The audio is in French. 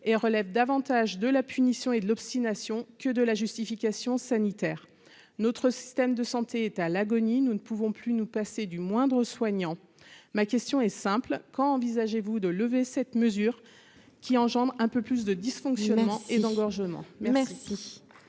et relève davantage de la punition et de l'obstination que de la justification sanitaire notre système de santé est à l'agonie, nous ne pouvons plus nous passer du moindre soignant, ma question est simple : quand envisagez-vous de lever cette mesure, qui engendre un peu plus de dysfonctionnements et d'engorgement